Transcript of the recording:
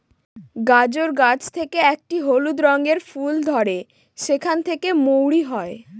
গাজর গাছ থেকে একটি হলুদ রঙের ফুল ধরে সেখান থেকে মৌরি হয়